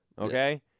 okay